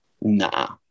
nah